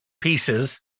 pieces